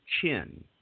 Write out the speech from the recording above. chin